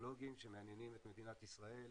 הטכנולוגיים שמעניינים את מדינת ישראל,